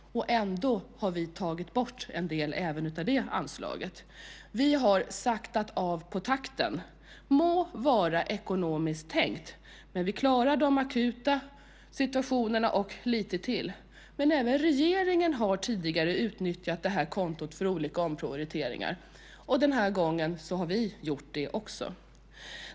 Ändå har vi tagit bort en del även av det anslaget. Vi har saktat av takten - må vara ekonomiskt tänkt, men vi klarar den akuta situationen och lite till. Även regeringen har tidigare nyttjat detta konto för olika omprioriteringar, och denna gång har vi också gjort det.